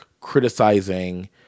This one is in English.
criticizing